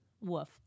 woof